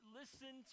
listen